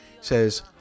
Says